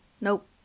nope